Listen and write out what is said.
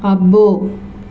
అబ్బో